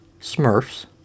Smurfs